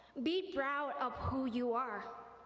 be proud of who you are.